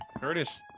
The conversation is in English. Curtis